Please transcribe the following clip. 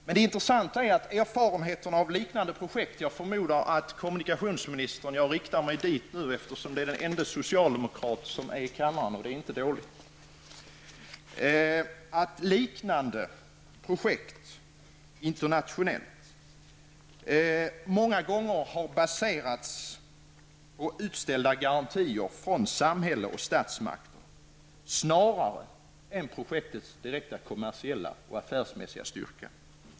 Det intressanta är -- jag riktar mig nu till kommunikationsministern, eftersom han är den ende socialdemokraten som är i kammaren, och det är inte dåligt -- att liknande projekt internationellt många gånger har baserats på utställda garantier från samhälle och statsmakter snarare än på projektens direkta kommersiella affärsmässiga styrka.